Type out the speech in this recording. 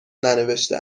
ننوشته